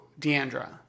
DeAndra